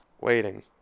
waiting